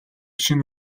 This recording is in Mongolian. шинэ